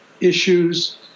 issues